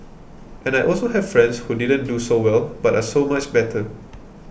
and I also have friends who didn't do so well but are so much better